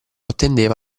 attendeva